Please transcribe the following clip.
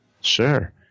Sure